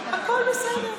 הכול בסדר,